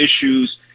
issues